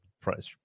price